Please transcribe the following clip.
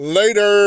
Later